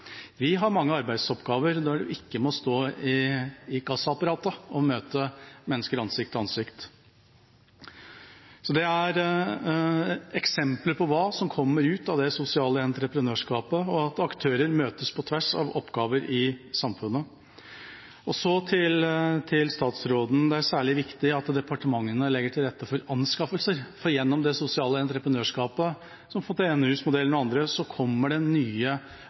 Vi har mange arbeidsoppgaver når vi ikke må stå ved kassaapparatet og møte mennesker ansikt til ansikt. Dette er eksempler på hva som kommer ut av det sosiale entreprenørskapet, og på at aktører møtes på tvers av oppgaver i samfunnet. Så til statsråden: Det er særlig viktig at departementene legger til rette for anskaffelser, for gjennom det sosiale entreprenørskapet, som fontenehus-modellen og andre, kommer det nye forvaltningsmodeller og organisasjonsformer som det offentlige har godt av – av og til så